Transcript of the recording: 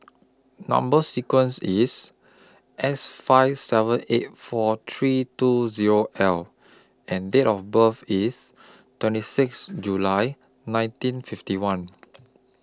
Number sequence IS S five seven eight four three two Zero L and Date of birth IS twenty six July nineteen fifty one